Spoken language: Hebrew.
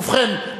ובכן,